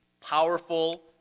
powerful